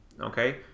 okay